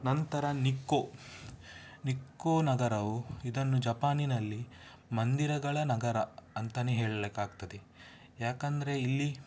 ನಂತರ Nikko Nikko ನಗರವು ಇದನ್ನು ಜಪಾನಿನಲ್ಲಿ ಮಂದಿರಗಳ ನಗರ ಅಂತಲೇ ಹೇಳ್ಲಿಕ್ಕಾಗ್ತದೆ ಏಕಂದ್ರೆ ಇಲ್ಲಿ